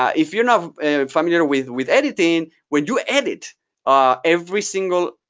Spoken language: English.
if you're not familiar with with editing, when you edit ah every single.